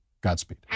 Godspeed